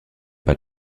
pas